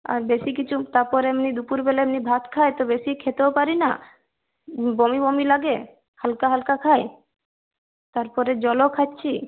আর বেশি কিছু তারপর এমনি দুপুরবেলা এমনি ভাত খাই তো বেশি খেতেও পারি না বমি বমি লাগে হালকা হালকা খাই তার পরে জলও খাচ্ছি